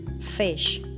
Fish